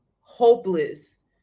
hopeless